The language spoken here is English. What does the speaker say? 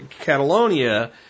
Catalonia